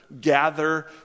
gather